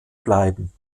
bleiben